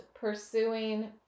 pursuing